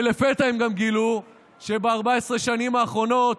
ולפתע הם גם גילו שב-14 השנים האחרונות,